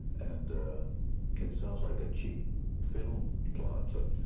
and it sounds like a cheap film plot, but